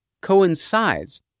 coincides